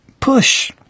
push